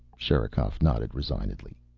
sherikov nodded resignedly.